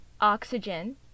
oxygen